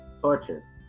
torture